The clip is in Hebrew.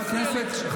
אל תפריע לי עכשיו.